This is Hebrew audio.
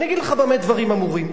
אגיד לך במה דברים אמורים.